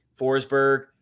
Forsberg